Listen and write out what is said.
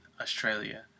Australia